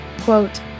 quote